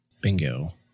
Bingo